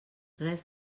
res